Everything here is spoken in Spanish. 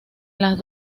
las